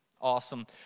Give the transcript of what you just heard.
Awesome